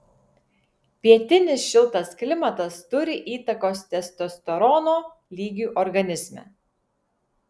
pietinis šiltas klimatas turi įtakos testosterono lygiui organizme